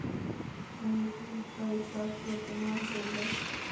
अनुकुल पैसा केतना होलय